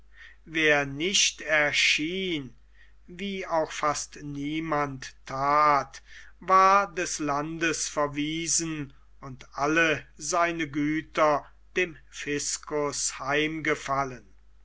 wer nicht erschien wie auch fast niemand that war des landes verwiesen und alle seine güter dem fiscus